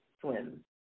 swim